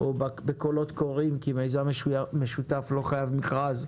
או בקולות קוראים, כי מיזם משותף לא חייב מכרז,